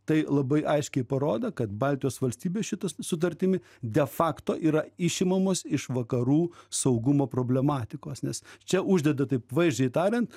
tai labai aiškiai parodo kad baltijos valstybių šita sutartimi de fakto yra išimamos iš vakarų saugumo problematikos nes čia uždeda taip vaizdžiai tariant